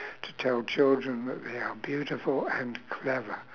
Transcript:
to tell children that they are beautiful and clever